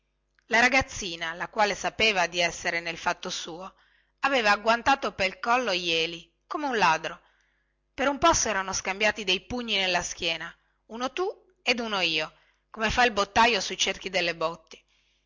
la ragazzina la quale sapeva di essere nel fatto suo aveva agguantato pel collo jeli come un ladro per un po serano scambiati dei pugni nella schiena uno tu ed uno io come fa il bottaio sui cerchi delle botti